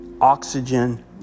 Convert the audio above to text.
oxygen